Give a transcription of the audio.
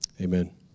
amen